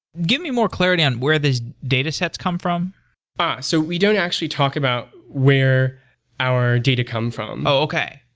give me more clarity on where these datasets come from but so we don't actually talk about where our data come from oh, okay.